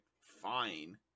fine